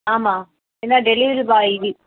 ஆமாம் ஏனால் டெலிவரி பாய்